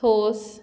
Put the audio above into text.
खोस